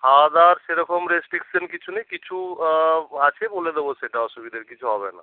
খাওয়া দাওয়ার সেরকম রেস্ট্রিকশান কিছু নেই কিছু আছে বলে দেব সেটা অসুবিধার কিছু হবে না